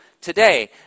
today